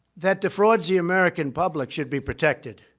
that defrauds the american public should be protected,